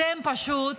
אתם פשוט